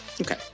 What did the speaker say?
Okay